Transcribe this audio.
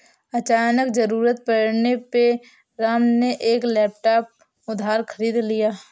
अचानक ज़रूरत पड़ने पे राम ने एक लैपटॉप उधार खरीद लिया